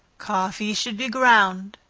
coffee should be ground,